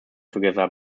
together